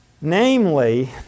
namely